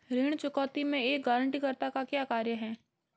ऋण चुकौती में एक गारंटीकर्ता का क्या कार्य है?